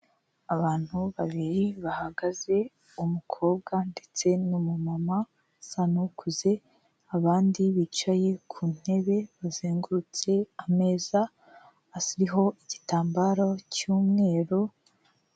Abantu babiri bahagaze, umukobwa ndetse n'umumama usa n'ukuze, abandi bicaye ku ntebe bazengurutse ameza ariho igitambaro cy'umweru.